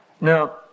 Now